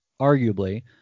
arguably